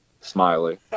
Smiley